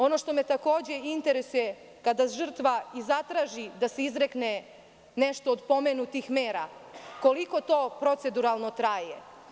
Ono što me takođe interesuje - kada žrtva zatraži da se izrekne nešto od pomenutih mera koliko to proceduralno traje?